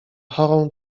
chorą